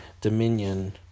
dominion